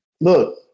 Look